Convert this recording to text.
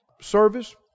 service